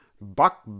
Buck